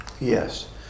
yes